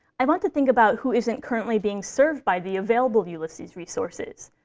i want to think about who isn't currently being served by the available ulysses resources.